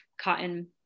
cotton